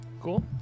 Cool